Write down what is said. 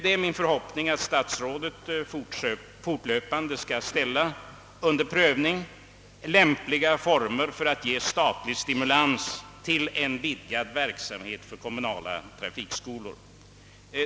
Det är min förhoppning att statsrådet fortlöpande skall pröva lämpliga former för statlig stimulans till en vidgad verksamhet för kommunala trafikskolor.